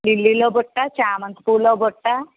లిల్లీలో బుట్ట చామంతి పూలో బుట్ట